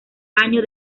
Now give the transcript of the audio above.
año